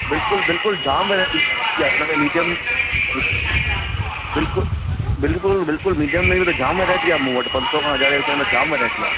बिल्कुलु बिल्कुलु जाम वैरायटी हुन में मीडियम हिकु बिल्कुलु बिल्कुलु बिल्कुलु मीडियम में त जाम वैरायटी आहे मूं वटि पंज सौ खां हजारें विच में जाम वैरायटी आहे